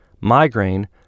migraine